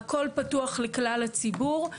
הכול פתוח לכלל הציבור.